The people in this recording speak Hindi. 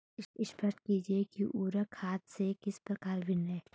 स्पष्ट कीजिए कि उर्वरक खाद से किस प्रकार भिन्न है?